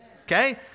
Okay